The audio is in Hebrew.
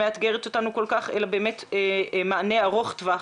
שמאתגרת אותנו כל כך, אלא באמת מענה ארוך טווח,